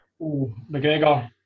McGregor